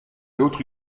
l’autre